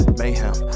mayhem